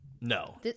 No